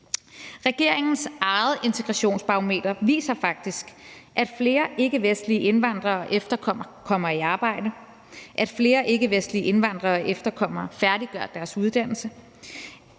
Regeringens eget integrationsbarometer viser faktisk, at flere ikkevestlige indvandrere og efterkommere kommer i arbejde, at flere ikkevestlige indvandrere og efterkommere færdiggør deres uddannelse,